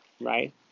right